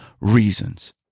reasons